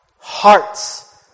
hearts